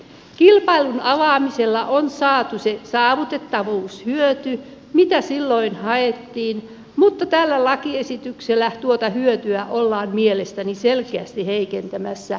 kilpailun avaamisella on saatu se saavutettavuushyöty mitä silloin haettiin mutta tällä lakiesityksellä tuota hyötyä ollaan mielestäni selkeästi heikentämässä